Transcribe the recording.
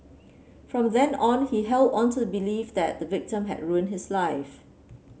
from then on he held on to the belief that the victim had ruined his life